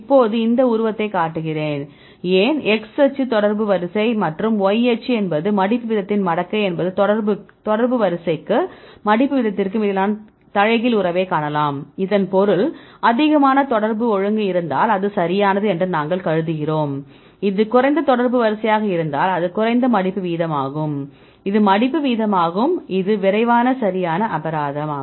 இப்போது இந்த உருவத்தைக் காட்டுகிறேன் ஏன் x அச்சு தொடர்பு வரிசை மற்றும் y அச்சு என்பது மடிப்பு வீதத்தின் மடக்கை என்பது தொடர்பு வரிசைக்கும் மடிப்பு வீதத்திற்கும் இடையிலான தலைகீழ் உறவை காணலாம் இதன் பொருள் அதிகமான தொடர்பு ஒழுங்கு இருந்தால் அது சரியானது என்று நாங்கள் கருதுகிறோம் இது குறைந்த தொடர்பு வரிசையாக இருந்தால் அது குறைந்த மடிப்பு வீதமாகும் இது மடிப்பு வீதமாகும் இது விரைவான சரியான அபராதம்